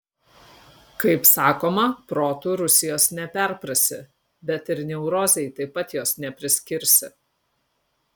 kaip sakoma protu rusijos neperprasi bet ir neurozei taip pat jos nepriskirsi